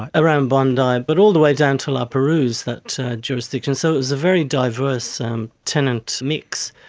ah around bondi, but all the way down to la perouse, that jurisdiction. so it was a very diverse um tenant mix.